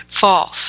false